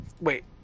Wait